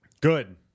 Good